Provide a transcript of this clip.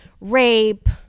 rape